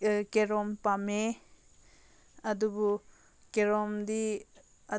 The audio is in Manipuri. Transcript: ꯀꯦꯔꯣꯝ ꯄꯥꯝꯃꯦ ꯑꯗꯨꯕꯨ ꯀꯦꯔꯣꯝꯗꯤ ꯑꯗꯨꯝ